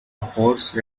horse